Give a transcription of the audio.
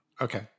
okay